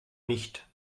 nicht